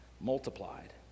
Multiplied